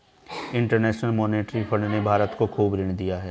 international monetary fund ने भारत को खूब ऋण दिया है